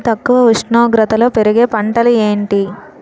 అతి తక్కువ ఉష్ణోగ్రతలో పెరిగే పంటలు ఏంటి?